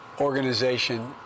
organization